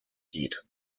geht